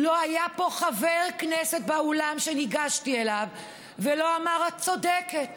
לא היה פה חבר כנסת באולם שניגשתי אליו ולא אמר: את צודקת.